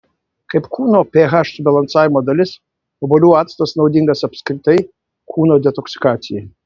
kaip kūno ph subalansavimo dalis obuolių actas naudingas apskritai kūno detoksikacijai